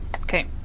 Okay